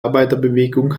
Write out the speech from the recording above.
arbeiterbewegung